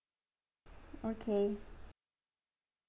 okay